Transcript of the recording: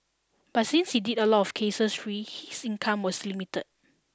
but since he did a lot of cases free his income was limited